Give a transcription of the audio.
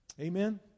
Amen